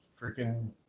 freaking